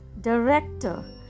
director